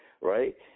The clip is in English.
right